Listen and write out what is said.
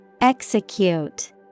Execute